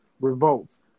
revolts